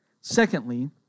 Secondly